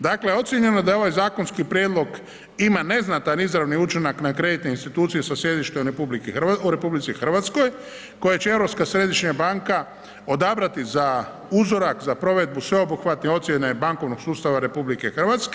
Dakle ocijenjeno je da je ovaj zakonski prijedlog ima neznatan izravni učinak na kreditne institucije sa sjedištem u RH koje će Europska središnja banka odabrati za uzorak, za provedbu sveobuhvatne ocjene bankovnog sustava RH.